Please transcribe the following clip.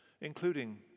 including